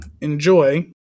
enjoy